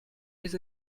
mes